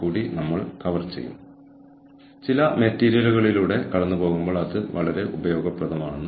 കൂടാതെ ഗിൽമോറും വില്യംസും എഴുതിയ പുസ്തകത്തിലെ ഒരു പേപ്പറും ഞാൻ ഇതിൽ പരാമർശിച്ചിട്ടുണ്ട്